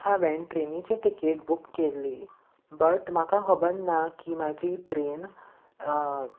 हांवेंन ट्रेनीची ticket book केल्ली बट म्हाका खबर ना की म्हाजी ट्रेन